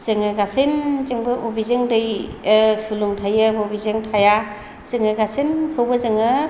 जोङो गासैजोंबो बबेजों दै सुलुं थायो बबेजों थाया जोङो गासैखौबो जोङो